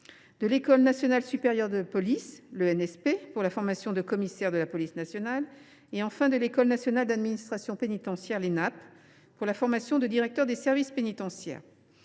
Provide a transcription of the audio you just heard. l’École nationale supérieure de la police, pour la formation de commissaire de la police nationale, et l’École nationale d’administration pénitentiaire (Enap), pour la formation de directeur des services pénitentiaires.